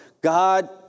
God